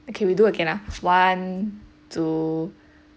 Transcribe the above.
okay we do again ah one two